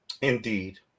Indeed